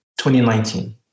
2019